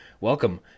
Welcome